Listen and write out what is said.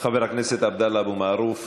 כל חיי פעלתי למען שלום,